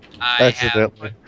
Accidentally